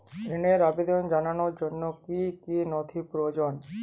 ঋনের আবেদন জানানোর জন্য কী কী নথি প্রয়োজন?